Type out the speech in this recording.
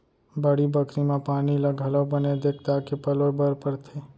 बाड़ी बखरी म पानी ल घलौ बने देख ताक के पलोय बर परथे